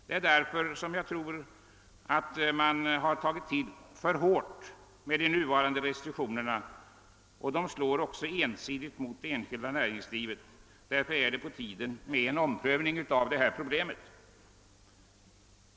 Det är därför som jag vågar tro att man tagit till för hårt med de nuvarande restriktionerna — de slår också för ensidigt mot det enskilda näringslivet. Därför är det på tiden att åtgärderna omprövas.